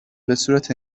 بهصورت